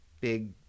big –